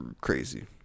crazy